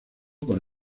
con